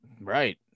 Right